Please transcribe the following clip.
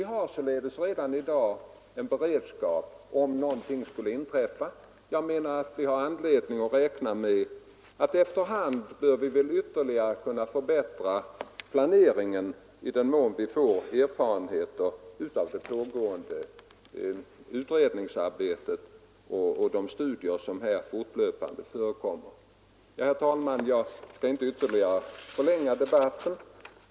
Vi har således redan i dag en beredskap om någonting skulle inträffa, och jag tycker vi har anledning att räkna med att planeringen efter hand kommer att förbättras i den mån vi får erfarenheter av det pågående utredningsarbetet och av de studier som fortlöpande förekommer i dessa frågor. Herr talman! Jag skall inte ytterligare förlänga debatten.